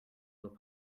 will